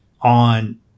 on